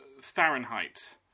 Fahrenheit